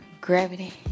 Gravity